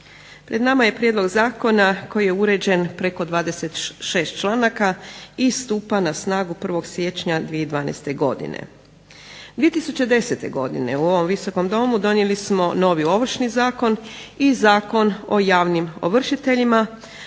Pred nama je prijedlog zakona koji je uređen preko 26 članaka i stupa na snagu 1. siječnja 2012. godine. 2010. godine u ovom Visokom domu donijeli smo novi Ovršni zakon i Zakon o javnim ovršiteljima,